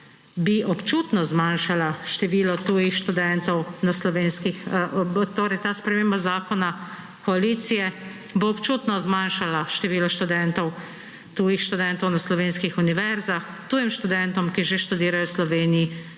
bi občutno zmanjšala število tujih študentov na slovenskih … torej, ta sprememba zakona koalicije bo občutno zmanjšala število študentov, tujih študentov na slovenskih univerzah. Tujim študentom, ki že študirajo v Sloveniji,